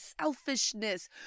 selfishness